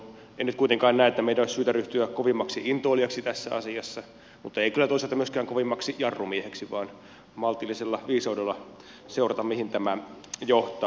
en nyt kuitenkaan näe että meidän olisi syytä ryhtyä kovimmaksi intoilijaksi tässä asiassa mutta ei kyllä toisaalta myöskään kovimmaksi jarrumieheksi vaan on maltillisella viisaudella syytä seurata mihin tämä johtaa